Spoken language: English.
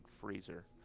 freezer